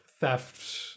theft